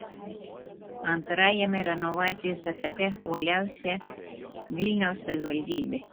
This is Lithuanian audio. antrajame renovacijos etape uoliausia vilniaus savivaldybė